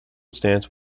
stance